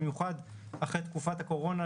במיוחד אחרי תקופת הקורונה,